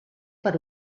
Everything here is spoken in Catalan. per